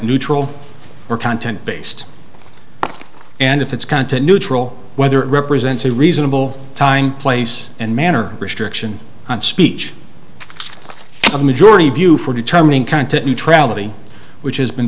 neutral or content based and if it's content neutral whether it represents a reasonable time place and manner restriction on speech a majority view for determining content neutrality which has been